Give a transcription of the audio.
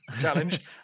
Challenge